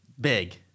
big